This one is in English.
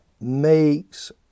makes